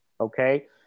Okay